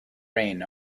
rain